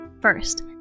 First